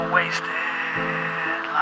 wasted